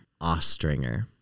Ostringer